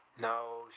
No